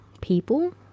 people